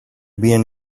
being